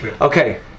okay